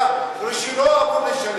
היה צריך להיות מגורש ורישיונו היה אמור להישלל.